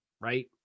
Right